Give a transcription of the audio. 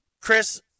Chris